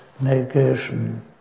negation